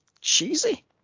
cheesy